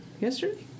Yesterday